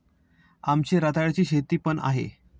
आमची रताळ्याची शेती पण आहे